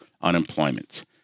unemployment